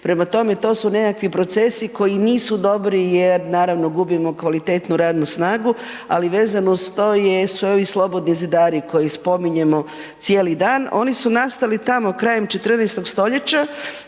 Prema tome, to su neki procesi koji nisu dobri jer naravno gubimo kvalitetnu radnu snagu, a vezano uz to jesu i ovi slobodni zidari koje spominjemo cijeli dan. Oni su nastali tamo krajem 14. stoljeća,